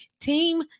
team